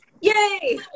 yay